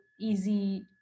easy